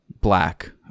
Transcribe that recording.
Black